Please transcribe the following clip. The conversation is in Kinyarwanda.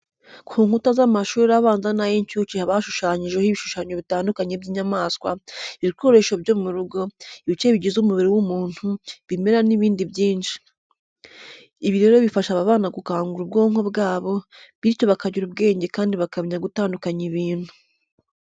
Ku nkuta z'amashuri abanza n'ay'incuke haba hashushanyijeho ibishushanyo bitandukanye by'inyamaswa, ibikoresho byo mu rugo, ibice bigize umubiri w'umuntu, ibimera n'ibindi byinshi. Ibi rero bifasha aba bana gukangura ubwonko bwabo, bityo bakagira ubwenge kandi bakamenya gutandukanya ibintu.